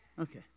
Okay